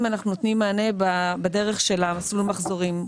אנחנו נותנים מענה בדרך של מסלול המחזורים.